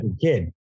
kid